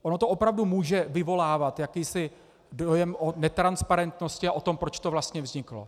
Ono to opravdu může vyvolávat jakýsi dojem o netransparentnosti a o tom, proč to vlastně vzniklo.